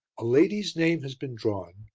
a lady's name has been drawn,